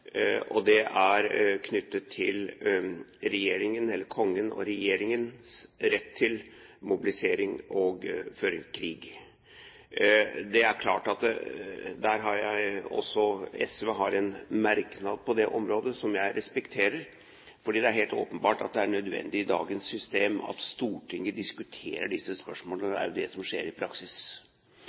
og det er knyttet til Kongens og regjeringens rett til mobilisering og å føre en krig. På dette området har SV en merknad som jeg respekterer, for det er helt åpenbart at det er nødvendig, i dagens system, at Stortinget diskuterer disse spørsmålene, og det er jo det som skjer i praksis.